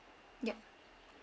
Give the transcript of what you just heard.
yup